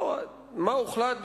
מה הוחלט?